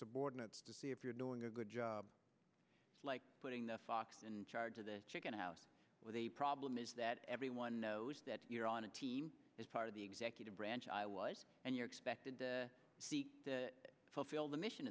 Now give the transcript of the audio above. subordinates to see if you're doing a good job like putting the fox and charge of the chicken house with a problem is that everyone knows that you're on a team is part of the executive branch i was and you're expected to see it fulfill the mission